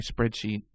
spreadsheet